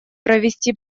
провести